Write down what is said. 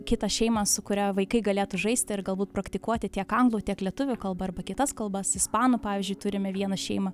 kitą šeimą su kuria vaikai galėtų žaisti ir galbūt praktikuoti tiek anglų tiek lietuvių kalbą arba kitas kalbas ispanų pavyzdžiui turime vieną šeimą